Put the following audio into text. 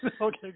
Okay